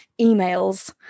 emails